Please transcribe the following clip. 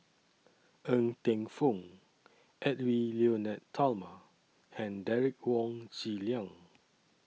Ng Teng Fong Edwy Lyonet Talma and Derek Wong Zi Liang